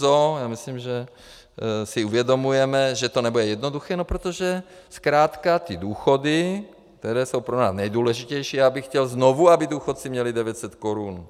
Já myslím, že si uvědomujeme, že to nebude jednoduché, protože zkrátka ty důchody, které jsou pro nás nejdůležitější, já bych chtěl znovu, aby důchodci měli 900 korun.